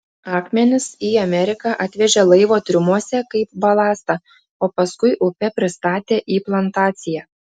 akmenis į ameriką atvežė laivo triumuose kaip balastą o paskui upe pristatė į plantaciją